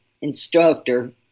instructor